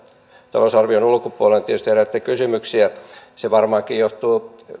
talousarvion ulkopuolella tietysti herättää kysymyksiä se varmaankin johtuu